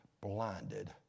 blinded